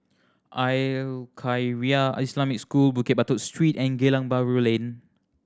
Al Khairiah Islamic School Bukit Batok Street and Geylang Bahru Lane